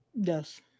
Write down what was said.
Yes